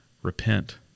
repent